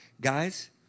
Guys